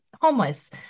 homeless